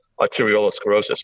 arteriolosclerosis